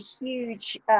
huge